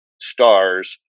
stars